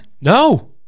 No